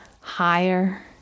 higher